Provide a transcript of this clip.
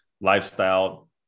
lifestyle